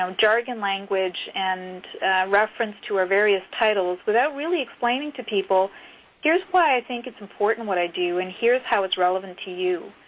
um jargon language and reference to our various titles without really explaining to people why i think it's important what i do and here is how it's relevant to you.